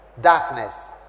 darkness